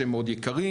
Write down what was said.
שהם מאוד יקרים,